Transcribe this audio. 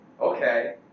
okay